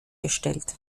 gestellt